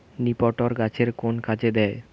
নিপটর গাছের কোন কাজে দেয়?